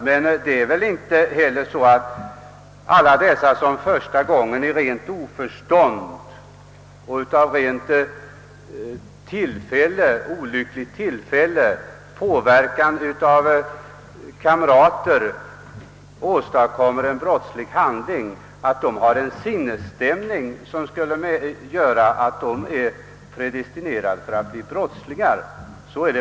Men alla de som en gång av rent oförstånd, av en olycklig tillfällighet eller påverkade av kamrater begår en brottslig handling är inte heller predestinerade att bli brottslingar.